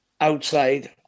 Outside